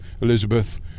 Elizabeth